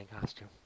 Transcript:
costume